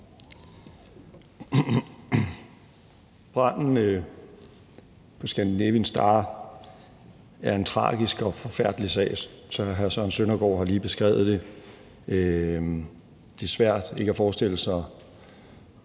Branden på »Scandinavian Star« er en tragisk og forfærdelig sag. Hr. Søren Søndergaard har lige beskrevet den. Det er svært ikke at kunne forestille sig,